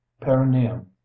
perineum